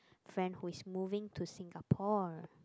friend who is moving to Singapore